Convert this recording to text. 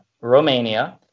Romania